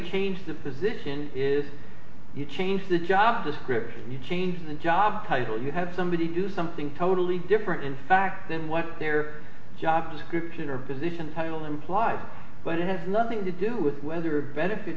change the position if you change the job description you change the job title you have somebody do something totally different in fact than what their job description or position will imply but have nothing to do with whether a benefit